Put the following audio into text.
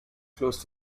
close